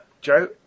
joe